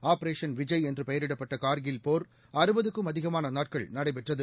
operation Vijay என்ற பெயரிடப்பட்ட கார்கில் போர் லக்கும் அதிகமான நாட்கள் நடைபெற்றது